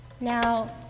Now